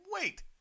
wait